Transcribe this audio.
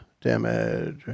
damage